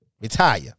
retire